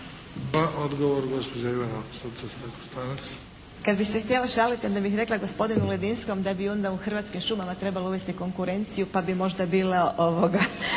Ivana (HDZ)** Kad bi se htjela šaliti onda bih rekla gospodinu Ledinskom da bi onda u Hrvatskim šumama trebalo uvesti konkurenciju pa bi možda bile niže